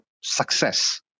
success